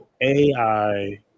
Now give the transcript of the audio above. ai